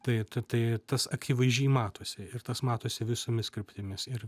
tai tai tai tas akivaizdžiai matosi ir tas matosi visomis kryptimis ir